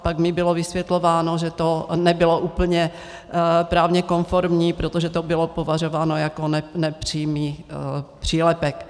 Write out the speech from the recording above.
Pak mi bylo vysvětlováno, že to nebylo úplně právně konformní, protože to bylo považováno jako nepřímý přílepek.